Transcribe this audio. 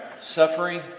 Suffering